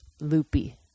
loopy